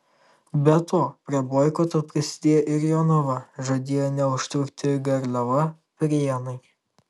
be to prie boikoto prisidėjo ir jonava žadėjo neužtrukti ir garliava prienai